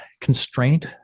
constraint